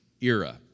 era